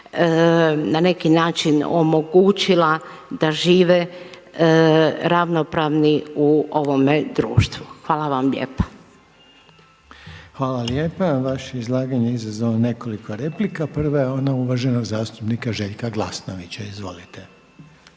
na neki način omogućila da žive ravnopravni u ovome društvu. Hvala vam lijepa. **Reiner, Željko (HDZ)** Hvala lijepa. Vaše je izlaganje izazvalo nekoliko replika. Prva je ona uvaženog zastupnika Željka Glasnovića. Izvolite.